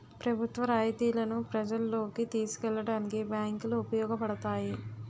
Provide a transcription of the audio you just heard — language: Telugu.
ప్రభుత్వ రాయితీలను ప్రజల్లోకి తీసుకెళ్లడానికి బ్యాంకులు ఉపయోగపడతాయి